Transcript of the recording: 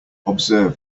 observe